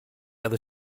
other